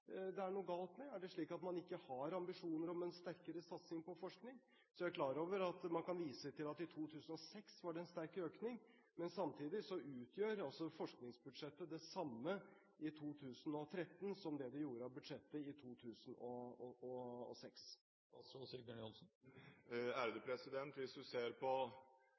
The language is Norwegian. det er noe galt med? Er det slik at man ikke har ambisjoner om sterkere satsing på forskning? Jeg er klar over at man kan vise til at det i 2006 var en sterk økning. Samtidig utgjør altså forskningsbudsjettet det samme i 2013 som det det gjorde i budsjettet for 2006. Hvis man ser på